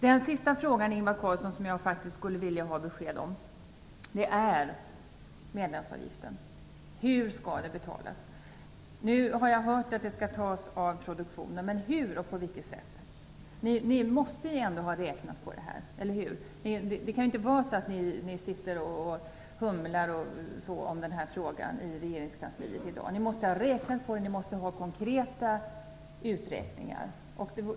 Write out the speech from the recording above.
Den sista fråga som jag faktiskt skulle vilja ha besked om, Ingvar Carlsson, är frågan om medlemsavgiften. Hur skall den betalas? Nu har jag hört att avgiften skall tas av produktionen, men hur och på vilket sätt? Ni måste ju ändå ha räknat på det, eller hur? Det kan inte vara så att ni sitter och hummar om denna fråga i regeringskansliet i dag. Ni måste ha räknat på den. Ni måste ha konkreta uträkningar.